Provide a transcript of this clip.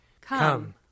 Come